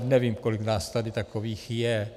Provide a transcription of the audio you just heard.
Nevím, kolik nás tady takových je.